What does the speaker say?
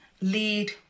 lead